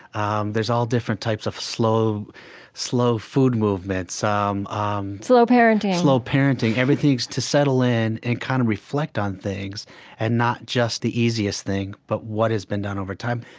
um there's all different types of slow slow food movements, um um slow parenting slow parenting. everything needs to settle in and kind of reflect on things and not just the easiest thing, but what has been done over time.